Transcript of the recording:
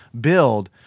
build